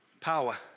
power